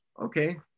okay